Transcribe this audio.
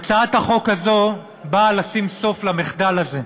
הצעת החוק הזאת באה לשים סוף למחדל הזה,